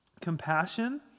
compassion